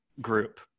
group